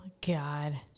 God